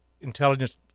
intelligence